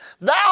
Now